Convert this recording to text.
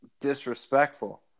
disrespectful